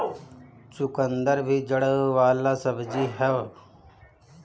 चुकंदर भी जड़ वाला सब्जी हअ